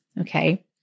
Okay